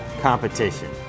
competition